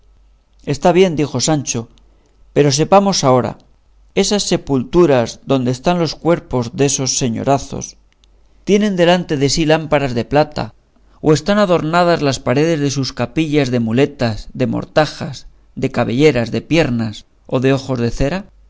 está bien dijo sancho pero sepamos ahora esas sepulturas donde están los cuerpos desos señorazos tienen delante de sí lámparas de plata o están adornadas las paredes de sus capillas de muletas de mortajas de cabelleras de piernas y de ojos de cera